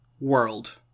world